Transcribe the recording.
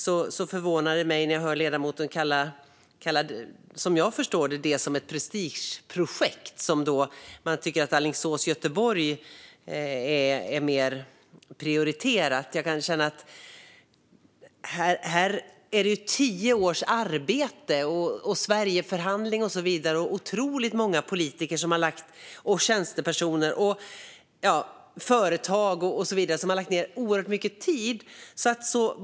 Det förvånar mig att höra ledamoten kalla det, som jag förstår det, för ett prestigeprojekt och att man tycker att Alingsås-Göteborg är mer prioriterat. Det handlar om tio års arbete, Sverigeförhandlingen och så vidare. Otroligt många politiker, tjänstepersoner och företag har lagt ned oerhört mycket tid på det.